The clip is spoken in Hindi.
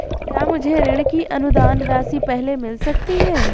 क्या मुझे ऋण की अनुदान राशि पहले मिल सकती है?